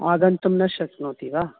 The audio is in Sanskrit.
आगन्तुं न शक्नोति वा